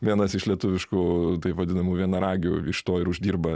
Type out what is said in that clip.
vienas iš lietuviškų taip vadinamų vienaragių iš to ir uždirba